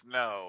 no